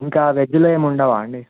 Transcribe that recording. ఇంకా వెజ్లో ఏమి ఉండవా అండి